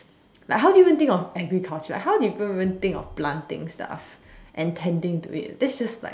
like how do you even think of agriculture how did people even think of planting stuffs and tending to it that is just like